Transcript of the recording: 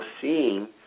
seeing